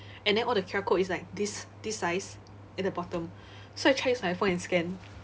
and then all the Q_R code is like this this size at the bottom so I try use my phone and scan